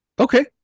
Okay